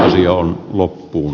asia on loppuun